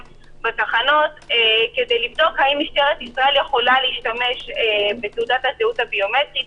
בתחנות כדי לבדוק האם משטרת ישראל יכולה להשתמש בתעודת הזהות הביומטרית,